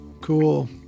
Cool